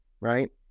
right